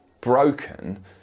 broken